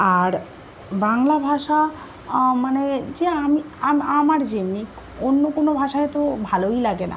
আর বাংলা ভাষা মানে যে আমি আমার অমনি অন্য কোনো ভাষায় তো ভালোই লাগে না